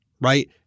right